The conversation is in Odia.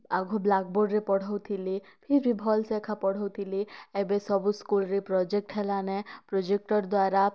ଆଘୁ ବ୍ଲାକ୍ବୋର୍ଡ଼ରେ ପଢ଼ାଉଥିଲେ ଫିର୍ ଭି ଭଲସେ ଏକା ପଢ଼ାଉଥିଲେ ଏବେ ସବୁ ସ୍କୁଲ୍ରେ ପ୍ରୋଜେକ୍ଟ୍ ହେଲାନେ ପ୍ରୋଜେକ୍ଟର୍ ଦ୍ୱାରା